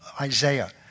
Isaiah